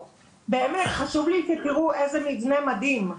חשוב לי שתראו איזה מבנה מדהים.